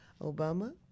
Obama